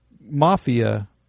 Mafia